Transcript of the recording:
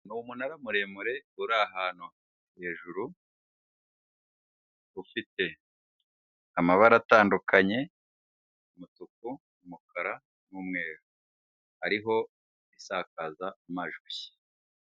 umunara muremure uri ahantu hejuru, ufite amabara atandukanye umutuku umukara n'umweru hariho isakazamajwi.